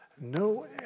No